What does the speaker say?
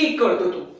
go